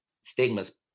stigmas